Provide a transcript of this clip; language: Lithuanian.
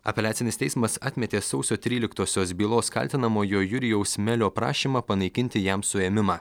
apeliacinis teismas atmetė sausio tryliktosios bylos kaltinamojo jurijaus melio prašymą panaikinti jam suėmimą